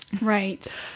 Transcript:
right